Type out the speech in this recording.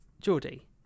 Geordie